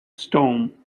storm